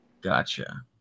Gotcha